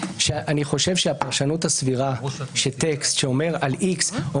שאני חושב שהפרשנות הסבירה של טקסט שאומר על איקס: